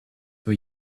for